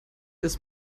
ist